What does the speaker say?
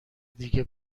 دیگه